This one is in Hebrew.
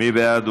מי בעד?